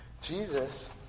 Jesus